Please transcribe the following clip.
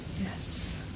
Yes